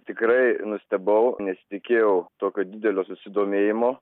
tikrai nustebau nesitikėjau tokio didelio susidomėjimo